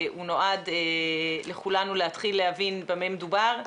הוא נועד לכולנו להתחיל להבין במה מדובר.